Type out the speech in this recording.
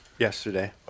Yesterday